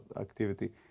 activity